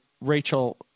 Rachel